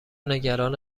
نگران